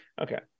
Okay